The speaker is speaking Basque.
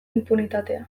inpunitatea